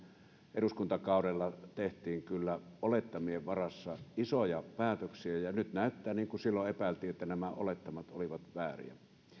eduskuntakaudella tehtiin kyllä olettamien varassa isoja päätöksiä ja nyt näyttää niin kuin silloin epäiltiin että nämä olettamat olivat vääriä